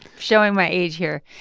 showing my age here.